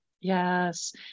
Yes